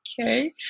okay